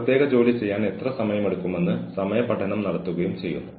വളരെ ദേഷ്യത്തോടെ ഒരാൾ നിങ്ങളുടെ അടുത്തേക്ക് വരുന്നു